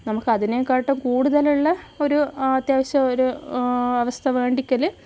നമുക്കതിനെക്കാട്ടും കുടുതലുള്ള ഒരു അത്യാവശ്യം ഒരു അവസ്ഥ വേണ്ടിക്കല്